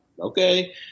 okay